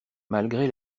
malgré